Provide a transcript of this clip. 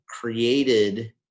created